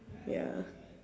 ya